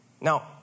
Now